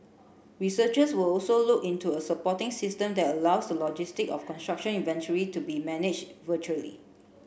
researchers will also look into a supporting system that allows the logistic of construction inventory to be managed virtually